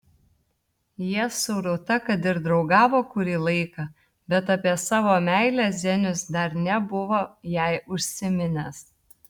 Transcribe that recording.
jie su rūta kad ir draugavo kurį laiką bet apie savo meilę zenius dar nebuvo jai užsiminęs